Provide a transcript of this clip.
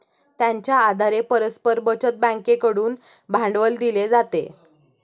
त्यांच्या आधारे परस्पर बचत बँकेकडून भांडवल दिले जाते